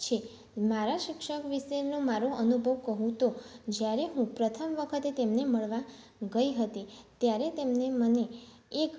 છે મારા શિક્ષક વિશેનો મારો અનુભવ કહું તો જ્યારે હું પ્રથમ વખતે તેમને મળવા ગઇ હતી ત્યારે તેમણે મને એક